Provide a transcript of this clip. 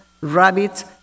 rabbits